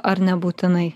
ar nebūtinai